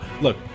look